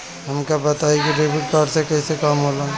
हमका बताई कि डेबिट कार्ड से कईसे काम होला?